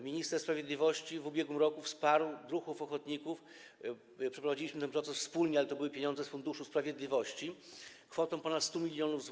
Minister sprawiedliwości w ubiegłym roku wsparł druhów ochotników - przeprowadziliśmy ten proces wspólnie, ale to były pieniądze z Funduszu Sprawiedliwości - kwotą ponad 100 mln zł.